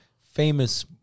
famous